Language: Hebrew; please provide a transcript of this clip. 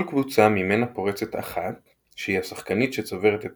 כל קבוצה ממנה פורצת אחת - שהיא השחקנית שצוברת את